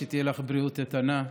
שתהיה לך בריאות איתנה,